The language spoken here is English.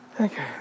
Okay